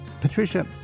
Patricia